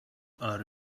are